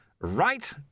right